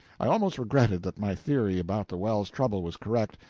i almost regretted that my theory about the well's trouble was correct,